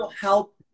help